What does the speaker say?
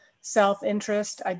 self-interest